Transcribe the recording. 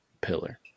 pillar